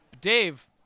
Dave